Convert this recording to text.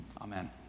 amen